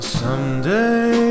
someday